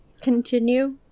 continue